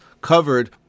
covered